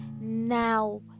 now